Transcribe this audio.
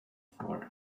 for